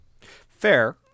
Fair